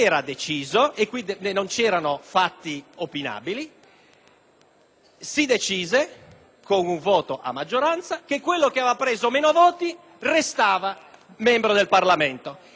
si decise con un voto a maggioranza che quello che aveva preso meno voti restava membro del Parlamento e che quello che ne aveva presi di più restava fuori dal Parlamento.